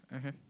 mmhmm